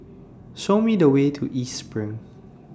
Show Me The Way to East SPRING